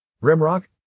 Rimrock